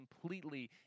completely